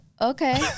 okay